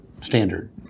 standard